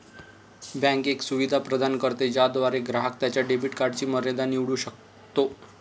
bank एक सुविधा प्रदान करते ज्याद्वारे ग्राहक त्याच्या डेबिट कार्डची मर्यादा निवडू शकतो